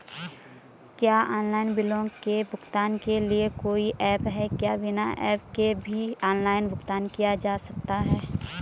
क्या ऑनलाइन बिलों के भुगतान के लिए कोई ऐप है क्या बिना ऐप के भी ऑनलाइन भुगतान किया जा सकता है?